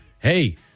Hey